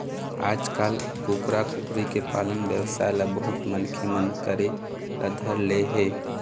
आजकाल कुकरा, कुकरी के पालन बेवसाय ल बहुत मनखे मन करे ल धर ले हे